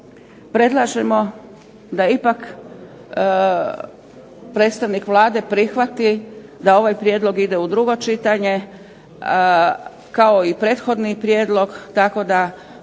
predlažemo da ipak predstavnik Vlade prihvati da ovaj prijedlog ide u drugo čitanje kao i prethodni prijedlog tako da